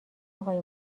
آقای